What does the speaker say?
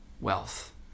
wealth